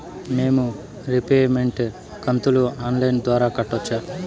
మేము రీపేమెంట్ కంతును online ద్వారా కట్టొచ్చా